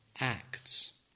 acts